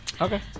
Okay